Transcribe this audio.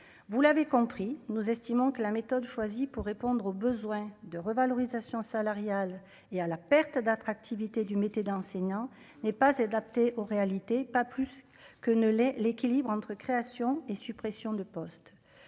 vous l'avez compris nous, estimant que la méthode choisie pour répondre aux besoins de revalorisation salariale et à la perte d'attractivité du métier d'enseignant n'est pas adapté aux réalités, pas plus que ne l'est l'équilibre entre créations et suppressions de postes,